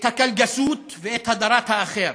את הקלגסות ואת הדרת האחר.